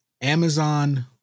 amazon